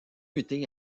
muté